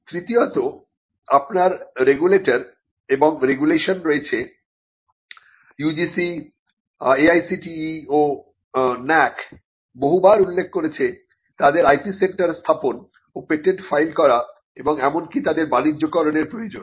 তৃতীয়তঃ আপনার রেগুলেটর এবং রেগুলেশন রয়েছে UGC AICTE ও NACC বহু বার উল্লেখ করেছে তাদের IP সেন্টার স্থাপন ও পেটেন্ট ফাইল করা এবং এমনকি তাদের বাণিজ্যকরনের প্রয়োজন